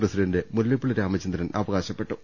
president Mullappally Ramachandran അവകാശപ്പെട്ടു